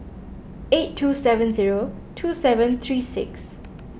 eight two seven zero two seven three six